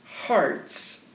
hearts